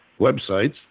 websites